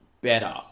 better